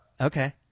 Okay